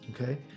Okay